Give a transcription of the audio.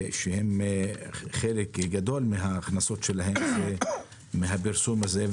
שחלק גדול מההכנסות שלהם זה הפרסום הזה.